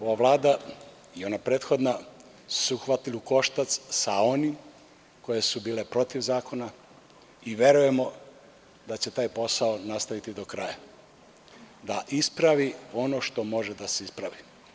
Ova vlada i ona prethodna su se uhvatile u koštac sa onim koje su bile protiv zakona i verujemo da će taj posao nastaviti do kraja, da ispravi ono što može da se ispravi.